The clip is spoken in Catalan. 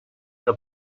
una